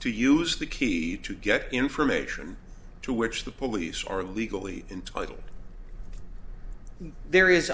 to use the key to get information to which the police are legally entitled there